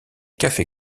café